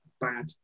bad